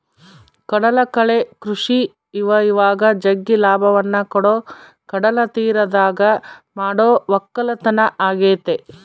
ಕಡಲಕಳೆ ಕೃಷಿ ಇವಇವಾಗ ಜಗ್ಗಿ ಲಾಭವನ್ನ ಕೊಡೊ ಕಡಲತೀರದಗ ಮಾಡೊ ವಕ್ಕಲತನ ಆಗೆತೆ